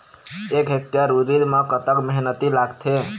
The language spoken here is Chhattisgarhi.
एक हेक्टेयर उरीद म कतक मेहनती लागथे?